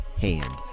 Hand